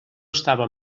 estava